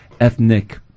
ethnic